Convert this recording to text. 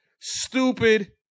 stupid